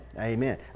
Amen